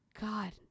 God